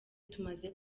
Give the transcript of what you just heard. tumaze